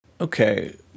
Okay